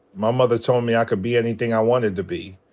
my mother told me i could be anything i wanted to be.